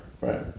right